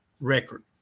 record